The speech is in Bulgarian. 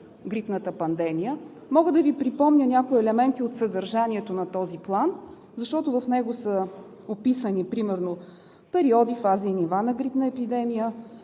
грипната пандемия, мога да Ви припомня някои елементи от съдържанието на този план, защото в него са описани примерно периоди, фази и нива на грипна епидемия,